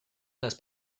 las